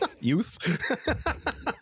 youth